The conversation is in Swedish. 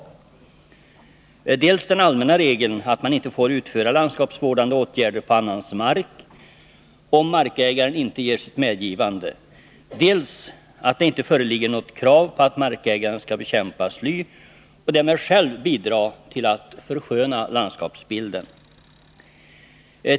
Det är dels den allmänna regeln att man inte får utföra landskapsvårdande åtgärder på annans mark, om markägaren inte ger sitt medgivande, dels att det inte föreligger något krav på att markägaren skall bekämpa sly och därmed själv bidra till att försköna landskapsbilden.